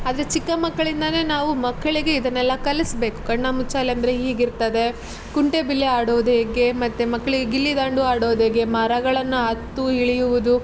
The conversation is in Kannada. ಆದರೆ ಚಿಕ್ಕ ಮಕ್ಕಳಿಂದಾನೇ ನಾವು ಮಕ್ಕಳಿಗೆ ಇದನ್ನೆಲ್ಲ ಕಲಿಸಬೇಕು ಕಣ್ಣಮುಚ್ಚಾಲೆ ಅಂದರೆ ಹೀಗಿರ್ತದೆ ಕುಂಟೆಬಿಲ್ಲೆ ಆಡೋದು ಹೇಗೆ ಮತ್ತು ಮಕ್ಳಿಗೆ ಗಿಲ್ಲಿ ದಾಂಡು ಆಡೋದು ಹೇಗೆ ಮರಗಳನ್ನು ಹತ್ತು ಇಳಿಯುವುದು